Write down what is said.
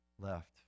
left